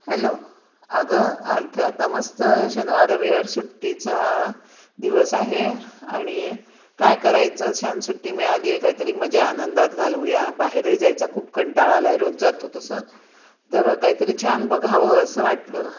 hello अगं आठ आता मस्त शनवार रविवार सुट्टीचा दिवस आहे आणि काय करायचं छान सुट्टी मिळाली आहे काहीतरी मजा आनंदात घालवूया बाहेरही जायचा खूप कंटाळा आला आहे रोज जातो तसं तर काही तरी छान बघावं असं वाटलं